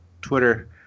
Twitter